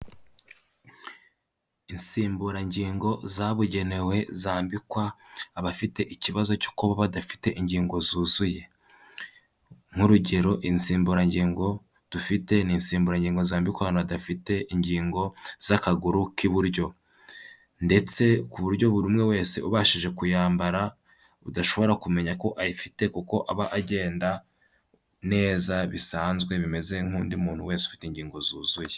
Insimburangingo zabugenewe zambikwa abafite ikibazo cyo kuba badafite ingingo zuzuye, nk'urugero, insimburangingo dufite, ni insimburangingo zambikwa ahantu hadafite ingingo z'akaguru k'iburyo, ndetse ku buryo buri umwe wese ubashije kuyambara, udashobora kumenya ko ayifite kuko aba agenda neza bisanzwe bimeze nk'undi muntu wese ufite ingingo zuzuye.